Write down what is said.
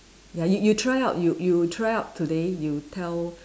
ya you you try out you you try out today you tell